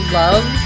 love